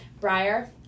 Briar